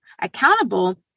accountable